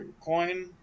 coin